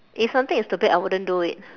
if something is stupid I wouldn't do it